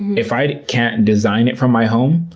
if i can't design it from my home,